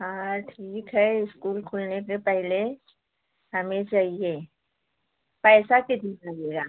हाँ ठीक है इस्कूल खुलने के पहले हमें चाहिए पैसा कितना लगेगा